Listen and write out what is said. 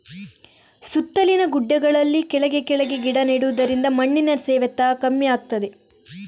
ಸುತ್ತಲಿನ ಗುಡ್ಡೆಗಳಲ್ಲಿ ಕೆಳಗೆ ಕೆಳಗೆ ಗಿಡ ನೆಡುದರಿಂದ ಮಣ್ಣಿನ ಸವೆತ ಕಮ್ಮಿ ಆಗ್ತದೆ